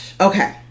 Okay